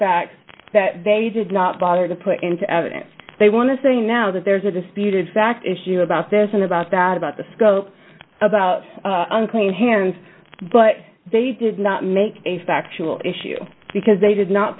fact that they did not bother to put into evidence they want to say now that there's a disputed fact issue about this and about that about the scope about unclean hands but they did not make a factual issue because they did not